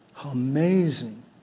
amazing